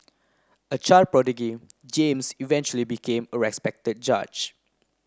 a child James eventually became a respected judge